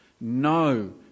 no